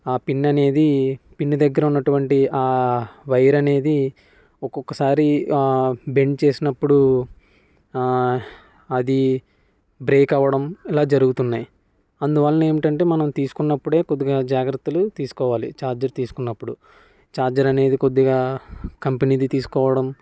ఆ పిన్ అనేది పిన్ దగ్గర ఉన్నటువంటి ఆ వైర్ అనేది ఒక్కొక్కసారి బెండ్ చేసినప్పుడు అది బ్రేక్ అవ్వడం ఇలా జరుగుతున్నాయి అందువల్ల ఏమిటంటే మనం తీసుకున్నప్పుడే కొద్దిగా జాగ్రత్తలు తీసుకోవాలి చార్జర్ తీసుకున్నప్పుడు చార్జర్ అనేది కొద్దిగా కంపెనీది తీసుకోవడం